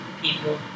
People